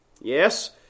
Yes